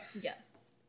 Yes